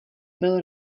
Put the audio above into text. byl